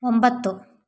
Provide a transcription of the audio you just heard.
ಒಂಬತ್ತು